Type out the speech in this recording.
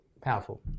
Powerful